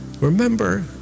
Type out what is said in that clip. Remember